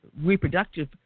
reproductive